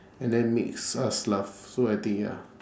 and that makes us laugh so I think ya